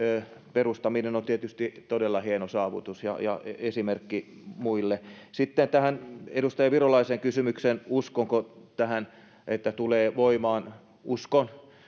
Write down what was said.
perustaminen on tietysti todella hieno saavutus ja ja esimerkki muille sitten tähän edustaja virolaisen kysymykseen siitä uskonko tähän että tulee voimaan uskon mutta